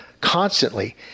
constantly